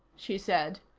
she said,